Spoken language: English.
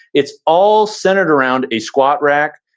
it's all centered around a squat rack,